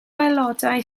aelodau